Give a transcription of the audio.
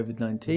COVID-19